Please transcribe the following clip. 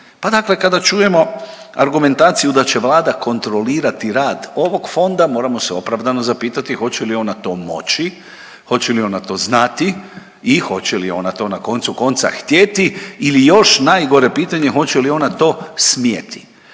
Pa dakle, kada čujemo argumentaciju da će Vlada kontrolirati rad ovog fonda, moramo se opravdano zapitati hoće li ona to moći, hoće li ona to znati i hoće li ona to, na koncu konca, htjeti ili još najgore pitanje, hoće li ona to smjeti?